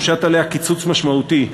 שהושת עליה קיצוץ משמעותי,